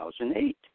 2008